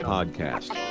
Podcast